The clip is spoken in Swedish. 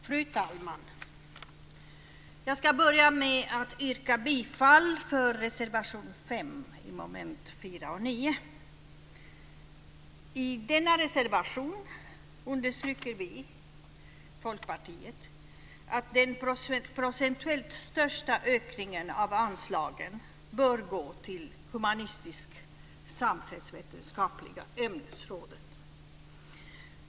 Fru talman! Jag ska börja med att yrka bifall till reservation 5 under mom. 4 och 9. I denna reservation understryker Folkpartiet att den procentuellt största ökningen av anslagen bör gå till humanistisk-samhällsvetenskapliga ämnesrådet.